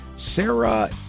Sarah